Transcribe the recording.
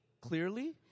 Clearly